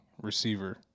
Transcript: receiver